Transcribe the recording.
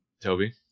Toby